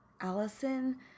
Allison